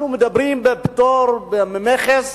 אנחנו מדברים על פטור ממכס